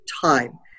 time